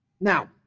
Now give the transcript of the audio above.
Now